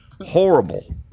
horrible